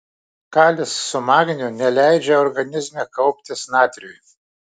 kalis su magniu neleidžia organizme kauptis natriui